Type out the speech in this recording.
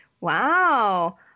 Wow